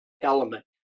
element